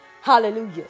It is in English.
Hallelujah